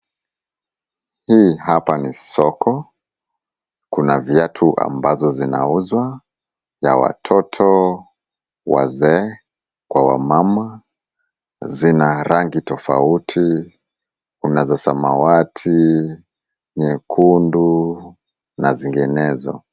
Hii hapa ni soko. Kuna viatu ambazo zinauzwa, ya watoto, wazee kwa wamama. Zina rangi tofauti, kuna za samawati, nyekundu na zinginezo.